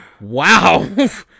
Wow